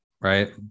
right